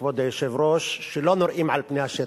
כבוד היושב-ראש, שלא נראים על פני השטח.